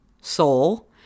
soul